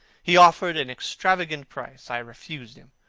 he offered an extravagant price. i refused him.